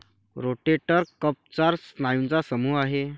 rotator cuff चार स्नायूंचा समूह आहे